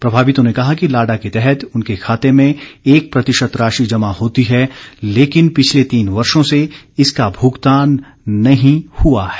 प्रभावितों ने कहा कि लाडा के तहत उनके खाते में एक प्रतिशत राशि जमा होती है लेकिन पिछले तीन वर्षो से इसका भुगतान नहीं हुआ है